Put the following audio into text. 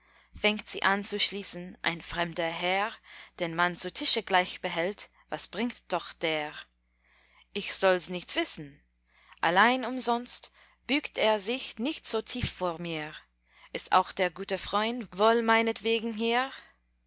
fängt sie an zu schließen ein fremder herr den man zu tische gleich behält was bringt doch der ich solls nicht wissen allein umsonst bückt er sich nicht so tief vor mir ist auch der gute freund wohl meinetwegen hier